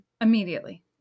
immediately